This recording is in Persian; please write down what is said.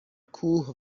کوه